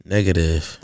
Negative